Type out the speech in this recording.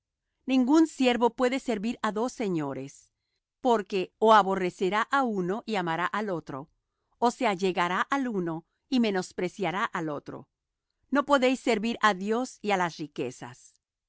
ningún siervo puede servir á dos señores porque ó aborrecerá al uno y amará al otro ó se allegará al uno y menospreciará al otro no podéis servir á dios y á las riquezas